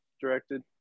directed